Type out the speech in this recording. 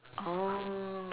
oh